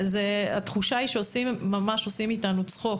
התחושה היא שממש עושים מאיתנו צחוק,